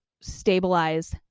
stabilize